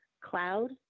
cloud